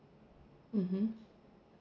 mmhmm